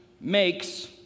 makes